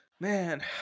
Man